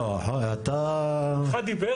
אין כאן דיון משפטי,